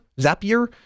Zapier